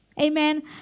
Amen